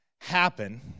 happen